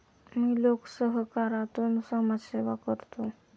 मी लोकसहकारातून समाजसेवा करतो